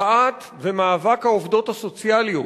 מחאת ומאבק העובדות הסוציאליות,